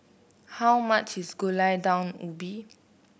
how much is Gulai Daun Ubi